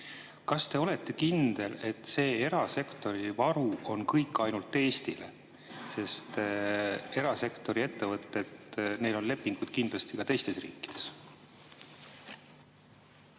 Kas te olete kindel, et see erasektori varu on kõik ainult Eestile, sest erasektori ettevõttetel on lepinguid kindlasti ka teistes riikides?